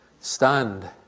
Stunned